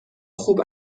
خوب